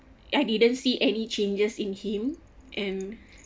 I didn't see any changes in him and